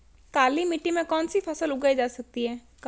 काली मिट्टी में कौनसी फसल उगाई जा सकती है?